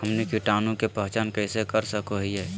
हमनी कीटाणु के पहचान कइसे कर सको हीयइ?